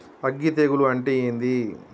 అగ్గి తెగులు అంటే ఏంది?